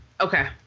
Okay